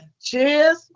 cheers